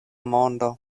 mondo